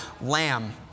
Lamb